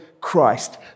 Christ